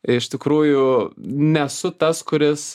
iš tikrųjų nesu tas kuris